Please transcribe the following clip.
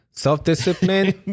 Self-discipline